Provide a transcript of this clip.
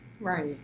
right